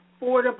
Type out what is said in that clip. affordable